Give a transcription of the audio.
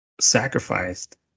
sacrificed